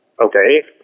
Okay